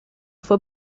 fue